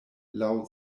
laŭ